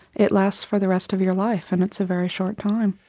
it lasts for the rest of your life, and it's a very short time.